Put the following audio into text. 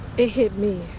it hit me.